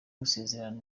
gusezerana